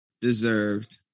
deserved